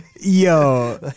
Yo